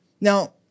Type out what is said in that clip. Now